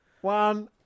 One